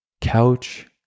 couch